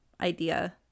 idea